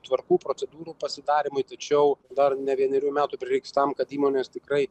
tvarkų procedūrų pasidarymui tačiau dar ne vienerių metų prireiks tam kad įmonės tikrai